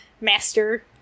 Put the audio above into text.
master